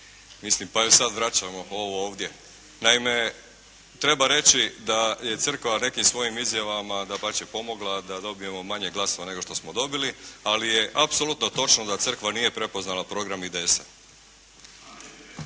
Mislim, pa joj sad vraćamo ovo ovdje. Naime, treba reći da je crkva nekim svojim izjavama dapače pomogla da dobijemo manje glasova nego što smo dobili ali je apsolutno točno da crkva nije prepoznala program IDS-a.